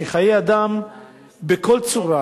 שחיי אדם בכל צורה